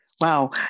wow